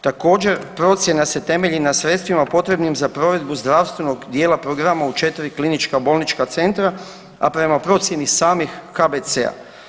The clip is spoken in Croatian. Također procjena se temelji na sredstvima potrebnim za provedbu zdravstvenog dijela programa u četiri klinička bolnička centra, a prema procjeni samih KBC-a.